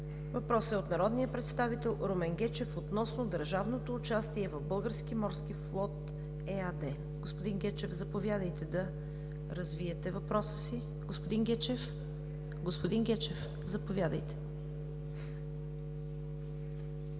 Въпросът е от народния представител Румен Гечев относно държавното участие в „Български морски флот“ ЕАД. Господин Гечев, заповядайте да развиете въпроса си. РУМЕН ГЕЧЕВ (БСП за